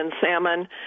salmon